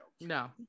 no